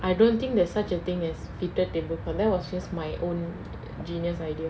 I don't think there's such a thing as fitted tablecloth that was just my own genius idea